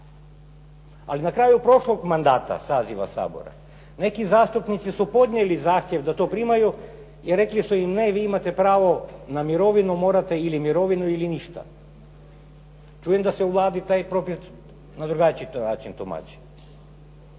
Ali na kraju prošlog mandata, saziva Sabora neki zastupnici su podnijeli zahtjev da to primaju i rekli su im ne, vi imate pravo na mirovinu, morate ili mirovinu ili ništa. Čujem da se u Vladi taj …/Govornik se